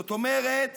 זאת אומרת,